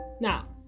Now